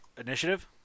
initiative